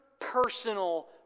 Personal